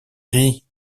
rit